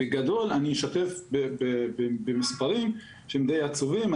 בגדול, אני אשתף במספרים שהם די עצובים.